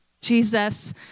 Jesus